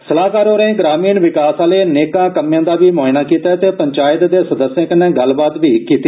सलाहकार होरें ग्रामीण विकास आले नेकां कम्में दा बी म्आयना कीता ते पंचायत दे सदस्यें कन्नै गल्लबात बी कीती